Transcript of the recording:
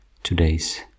today's